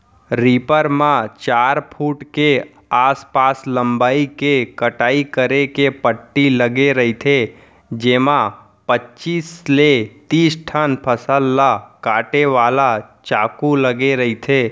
reaper म चार foot के आसपास लंबई के कटई करे के पट्टी लगे रहिथे जेमा पचीस ले तिस ठन फसल ल काटे वाला चाकू लगे रहिथे